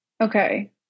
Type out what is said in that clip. Okay